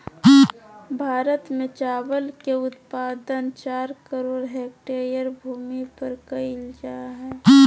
भारत में चावल के उत्पादन चार करोड़ हेक्टेयर भूमि पर कइल जा हइ